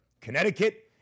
connecticut